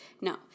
No